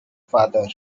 father